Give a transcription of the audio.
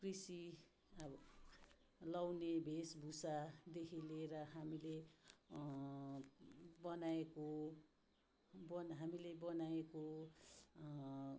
कृषि अब लगाउने भेषभूषादेखि लिएर हामीले बनाएको बन हामीले बनाएको